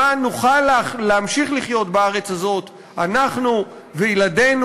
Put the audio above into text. למען נוכל להמשיך לחיות בארץ הזאת, אנחנו וילדינו,